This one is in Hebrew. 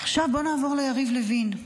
עכשיו בואו נעבור ליריב לוין,